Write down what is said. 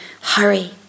hurry